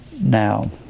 Now